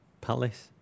Palace